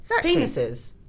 penises